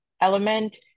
element